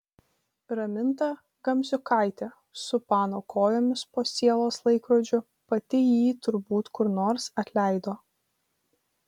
raminta gamziukaitė su pano kojomis po sielos laikrodžiu pati jį turbūt kur nors atleido